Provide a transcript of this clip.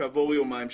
כעבור יומיים,